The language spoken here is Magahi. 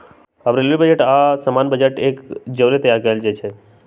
अब रेलवे बजट आऽ सामान्य बजट एक जौरे तइयार कएल जाइ छइ